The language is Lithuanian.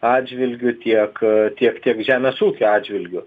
atžvilgiu tiek tiek tiek žemės ūkio atžvilgiu